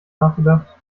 nachgedacht